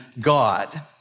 God